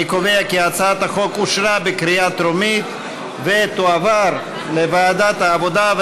אני קובע כי הצעת החוק אושרה בקריאה טרומית ותועבר לוועדת העבודה,